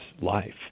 life